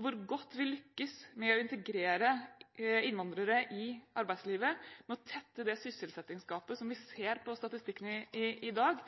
Hvor godt vi lykkes med å integrere innvandrere i arbeidslivet og tette det sysselsettingsgapet som vi ser av statistikkene i dag,